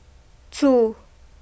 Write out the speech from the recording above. two